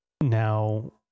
now